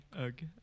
Okay